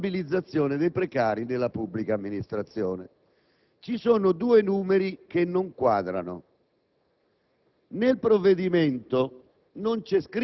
la settimana scorsa, della stabilizzazione dei precari della pubblica amministrazione. Ci sono due numeri che non quadrano.